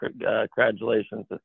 congratulations